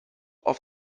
auf